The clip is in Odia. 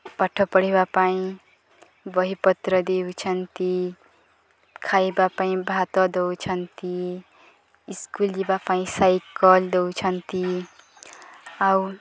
ପାଠ ପଢ଼ିବା ପାଇଁ ବହିପତ୍ର ଦେଉଛନ୍ତି ଖାଇବା ପାଇଁ ଭାତ ଦେଉଛନ୍ତି ସ୍କୁଲ ଯିବା ପାଇଁ ସାଇକଲ ଦେଉଛନ୍ତି ଆଉ